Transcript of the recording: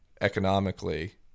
economically